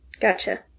Gotcha